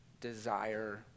desire